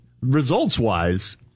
results-wise